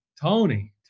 Tony